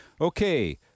Okay